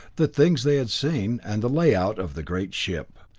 the things they had seen, and the layout of the great ship.